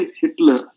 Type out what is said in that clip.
Hitler